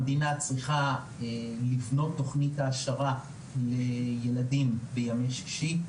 המדינה צריכה לבנות תוכנית העשרה לילדים בימי שישי.